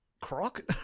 Croc